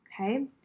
Okay